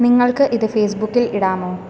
നിങ്ങൾക്ക് ഇത് ഫേസ്ബുക്കിൽ ഇടാമോ